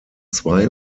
zwei